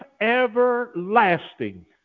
everlasting